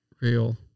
real